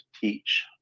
teach